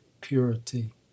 purity